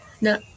No